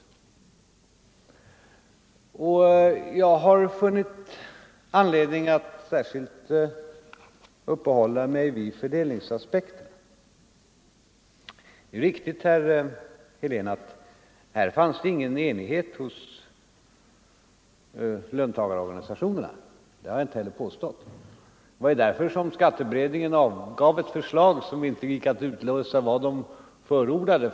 Jag har funnit anledning att särskilt uppehålla mig vid fördelningsaspekten. Det är riktigt, herr Helén, att det här inte rådde någon enighet mellan löntagarorganisationerna, vilket jag inte heller har påstått. Det var därför som skatteberedningen lämnade ett förslag, i vilket det inte gick att utläsa vad man förordade.